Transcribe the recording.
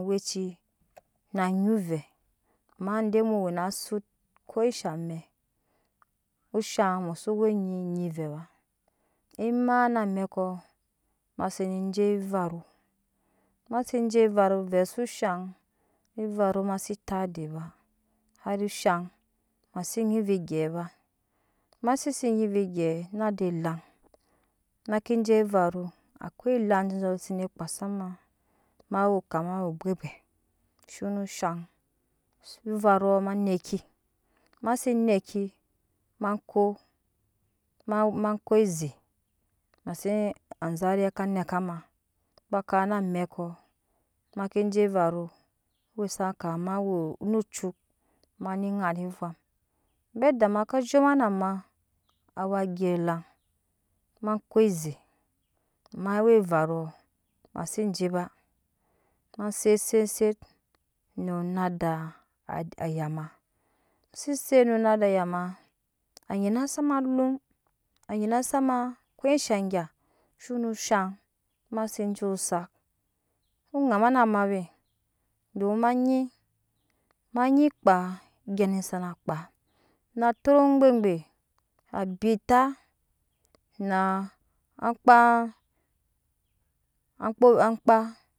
Aweci na nyi ovɛ ama de mu we na asut ko sha ɛk kusha mu sowe onyin nyi ovɛ ba ama na amɛkɔ ma se ne je evaru ma se je varu ovɛ su shaŋ evaru ma se tat edet ba hari shan ma se nyi ovɛ gyi ba ma sesi nyi ovɛ gyi nada dang ma ke je evavu akoi dang ma ke je ewaru akoi danng ma ke je evaru akoi dang jojo no zene kpa sama ma wo kama obwɛbwe shuno shan evaru ma neki ma se neki ma ko mako eze ma si azare ka neka ma baka na mekɔ ma zeke je evaru wesakama nucu mane kani evam abe ada ma ka zzhoma a ma awa gelang ma ko eze ama awa evaru ma si je ba ma zet no nada ayama ma si set no nada ayama anyia sama alum nyina ma ko shagya suno shan maje jo osak oŋama nama domi ma nyi ma nyi kpa agayani sana kpaa na tot ogbegbe na akpa akpa